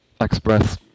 express